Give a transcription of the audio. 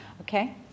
okay